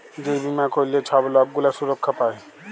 যে বীমা ক্যইরলে ছব লক গুলা সুরক্ষা পায়